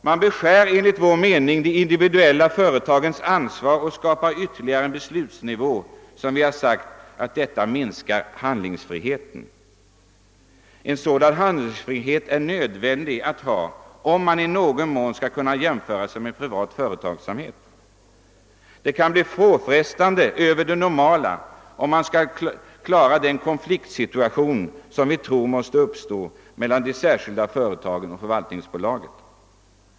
Man beskär enligt vår mening de individuella företagens ansvar och man skapar ytterligare en beslutsnivå. Vi har sagt att detta minskar handlingsfriheten. En sådan handlingsfrihet är nödvändig att ha, om man i någon mån skall kunna jämföra sig med privat företagsamhet. Det kan bli påfrestningar över det normala, om man skall klara den konfliktsituation som vi tror mås te uppstå mellan de särskilda företagen och förvaltningsbolaget.